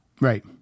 Right